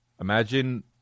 Imagine